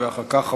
אחר כך,